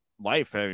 life